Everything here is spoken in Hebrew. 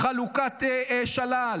חלוקת שלל.